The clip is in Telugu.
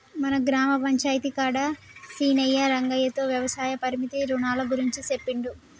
మన గ్రామ పంచాయితీ కాడ సీనయ్యా రంగయ్యతో వ్యవసాయ పరపతి రునాల గురించి సెప్పిండు